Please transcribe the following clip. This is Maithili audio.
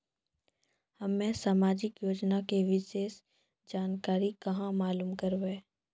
हम्मे समाजिक योजना के विशेष जानकारी कहाँ मालूम करबै?